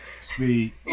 Sweet